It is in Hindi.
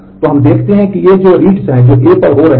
तो हम देखते हैं कि ये जो रीड्स हैं जो A पर हो रहे हैं